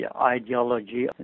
ideology